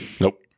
Nope